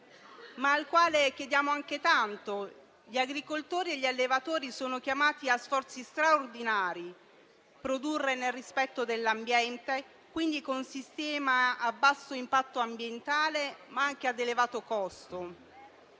ma al quale chiediamo anche tanto. Gli agricoltori e gli allevatori sono chiamati a sforzi straordinari: produrre nel rispetto dell'ambiente, con sistemi a basso impatto ambientale, ma anche ad elevato costo;